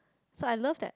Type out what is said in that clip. so I love that